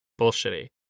Bullshitty